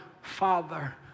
Father